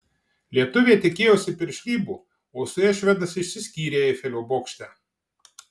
lietuvė tikėjosi piršlybų o su ja švedas išsiskyrė eifelio bokšte